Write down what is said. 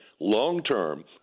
Long-term